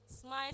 smile